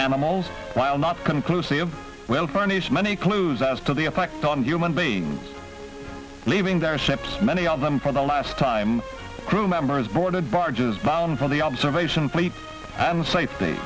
animals while not conclusive well furnished many clues as to the effect on human beings living their ships many of them for the last time crewmembers boarded barges bound for the observation sleep and safety